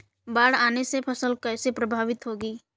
बाढ़ आने से फसल कैसे प्रभावित होगी?